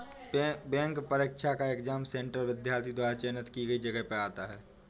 bank परीक्षा का exam centre विद्यार्थी द्वारा चयनित की गई जगह पर आता है